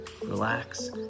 relax